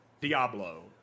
Diablo